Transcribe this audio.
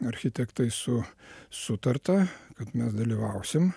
architektais su sutarta kad mes dalyvausim